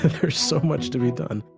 ah there's so much to be done